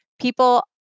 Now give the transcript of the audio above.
people